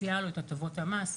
מציעה לו את הטבות המס,